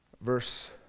Verse